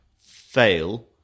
fail